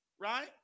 Right